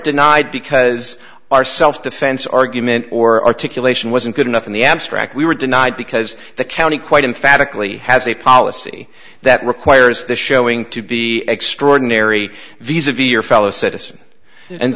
denied because our self defense argument or articulation wasn't good enough in the abstract we were denied because the county quite emphatically has a policy that requires the showing to be extraordinary these of your fellow citizens and